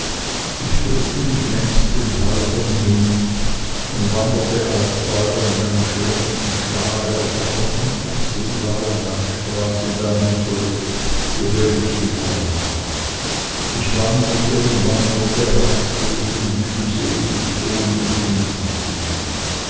ich druckte mich längs den häusern hin und wanderte alsbald an meinem schlechten stabe auf einer unabsehbaren landstraße dahin zurück woher ich gekommen war ich wanderte und wanderte rastlos und mühselig ohne mich umzusehen